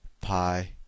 pi